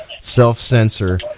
self-censor